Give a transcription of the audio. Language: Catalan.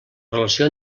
relació